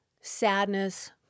sadness